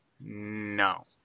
No